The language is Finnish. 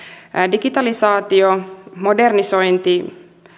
digitalisaatio modernisointi